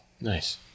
Nice